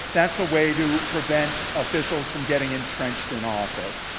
that's a way to prevent officials from getting entrenched in office.